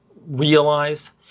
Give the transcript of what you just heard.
realize